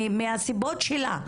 מהסיבות שלה,